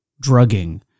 drugging